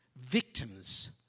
victims